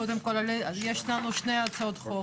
קודם כל יש לנו שתי הצעות חוק.